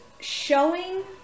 showing